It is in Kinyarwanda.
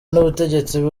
n’ubutegetsi